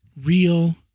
real